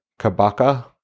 kabaka